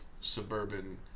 suburban